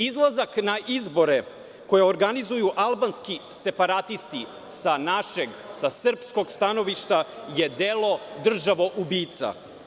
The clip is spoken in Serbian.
Izlazak na izbore koje je organizuju albanski separatisti sa našeg, sa srpskog stanovišta, je delo državoubica.